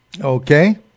Okay